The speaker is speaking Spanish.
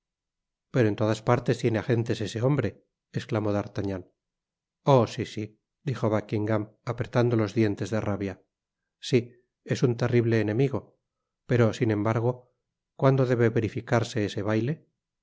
pero en todas partes tiene agentes ese hombre esclamó d'artagnan i oh si si dijo buckingam apretando los dientes de rabia si es un terrible enemigo pero sin embargo cuando debe verificarse ese baile